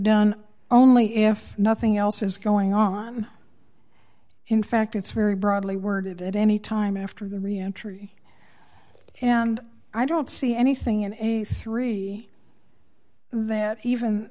done only if nothing else is going on in fact it's very broadly worded at any time after the reentry and i don't see anything in three that even